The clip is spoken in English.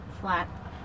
Flat